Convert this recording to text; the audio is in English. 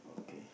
okay